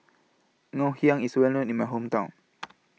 Ggoh Hiang IS Well known in My Hometown